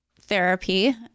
therapy